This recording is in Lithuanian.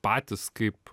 patys kaip